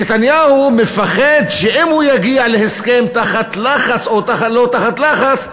נתניהו מפחד שאם הוא יגיע להסכם תחת לחץ או לא תחת לחץ,